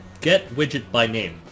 getWidgetByName